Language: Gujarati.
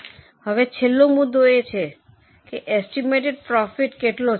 હવે છેલ્લો મુદ્દો એ છે કે એસ્ટિમેટેડ પ્રોફિટ કેટલો છે